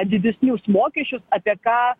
didesnius mokesčius apie ką